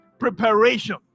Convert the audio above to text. Preparation